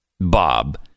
Bob